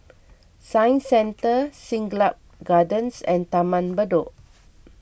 Science Centre Siglap Gardens and Taman Bedok